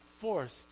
forced